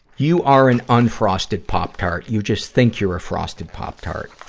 you are an unfrosted pop tart you just think you're a frosted pop tart.